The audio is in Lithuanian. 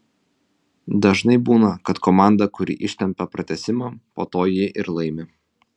dažnai būna kad komanda kuri ištempią pratęsimą po to jį ir laimi